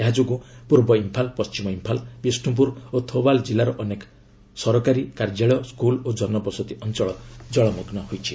ଏହା ଯୋଗୁଁ ପୂର୍ବ ଇମ୍ଫାଲ ପଶ୍ଚିମ ଇମ୍ଫାଲ ବିଷ୍ଣୁପୁର ଓ ଥୋବାଲ ଜିଲ୍ଲାର ଅନେକ ସରକାରୀ କାର୍ଯ୍ୟାଳୟ ସ୍କୁଲ ଓ ଜନବସତି ଅଞ୍ଚଳ ଜଳମଗ୍ନ ହୋଇଛି